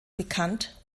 bekannt